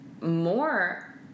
more